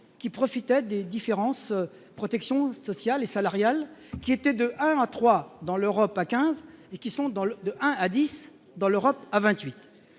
qui profitait des différences, protection sociale et salariale qui était de 1 à 3 dans l'Europe à 15 et qui sont dans l'à 10 dans l'Europe à 28,